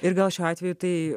ir gal šiuo atveju tai